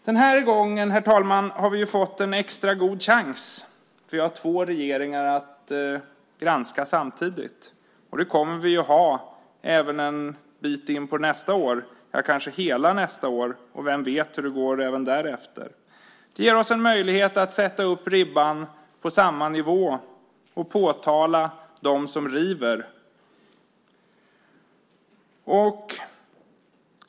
Denna gång har vi, herr talman, fått en extra god chans. Vi har två regeringar att granska samtidigt. Det kommer vi att ha även en bit in på nästa år, ja kanske hela nästa år, och vem vet hur det går därefter? Det ger oss en möjlighet att sätta upp ribban på samma nivå och påtala dem som river.